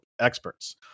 experts